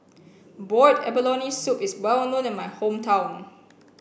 boiled abalone soup is well known in my hometown